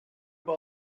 what